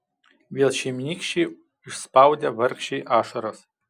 vėl šeimynykščiai išspaudė vargšei ašaras